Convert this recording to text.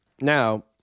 Now